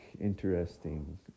interesting